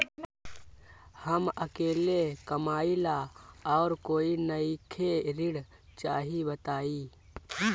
हम अकेले कमाई ला और कोई नइखे ऋण चाही बताई?